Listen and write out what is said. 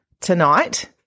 Tonight